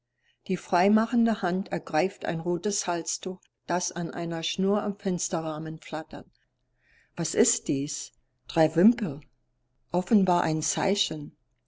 die freimachende hand ergreift ein rotes halstuch das an einer schnur am fensterrahmen flattert was ist dies drei wimpel offenbar ein zeichen